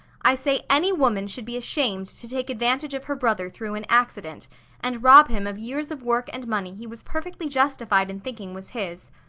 i say any woman should be ashamed to take advantage of her brother through an accident and rob him of years of work and money he was perfectly justified in thinking was his.